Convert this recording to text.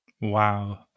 Wow